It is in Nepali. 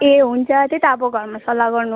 ए हुन्छ त्यही त अब घरमा सल्लाह गर्नु